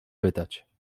pytać